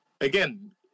again